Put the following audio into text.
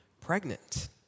pregnant